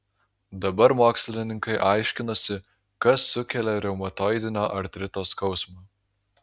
dabar mokslininkai aiškinasi kas sukelia reumatoidinio artrito skausmą